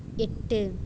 எட்டு